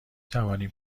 توانیم